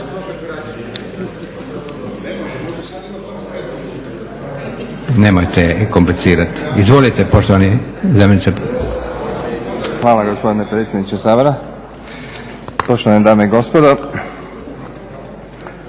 Hvala gospodine predsjedniče Sabora. Poštovane dame i gospodo,